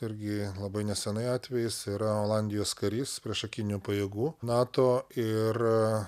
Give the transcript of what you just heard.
irgi labai nesenai atvejis yra olandijos karys priešakinių pajėgų nato ir